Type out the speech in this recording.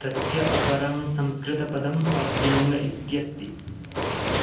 तस्य अपरं संस्कृतपदम् अभ्यङ्गम् इत्यस्ति